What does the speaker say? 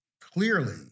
clearly